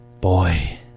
Boy